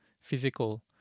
physical